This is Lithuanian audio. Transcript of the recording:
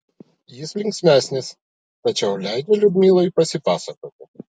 jis linksmesnis tačiau leidžia liudmilai pasipasakoti